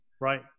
Right